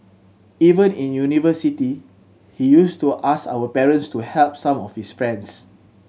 even in university he used to ask our parents to help some of his friends